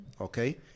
okay